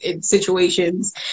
situations